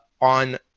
on